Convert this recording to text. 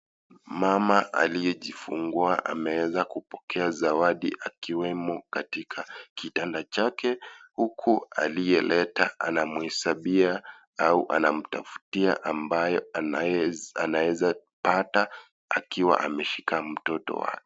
Mama aliyejifungua ameeeza kupokea zawadi akiwemo katika kitanda chake huku aliyeleta anamhesabia au anamtafutia ambayo anaezapata akiwa ameshika mtoto wake.